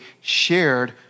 shared